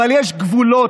אבל יש גבולות.